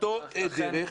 באותה דרך,